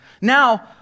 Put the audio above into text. Now